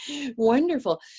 Wonderful